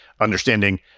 understanding